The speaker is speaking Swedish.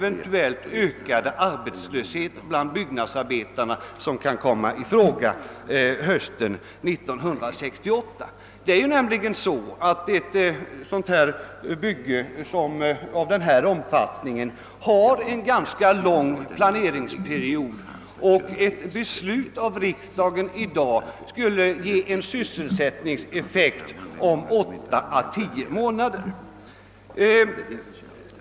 Ett bygge av denna omfattning har nämligen en ganska lång planeringsperiod, och ett beslut av riksdagen i dag skulle ge en sysselsättningseffekt om 8 å 10 månader.